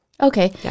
Okay